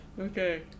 Okay